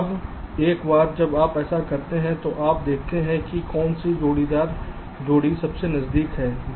अब एक बार जब आप ऐसा कर लेते हैं तो आप देखते हैं कि कौन सी जोड़ीदार जोड़ी सबसे नजदीक है